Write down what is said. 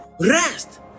rest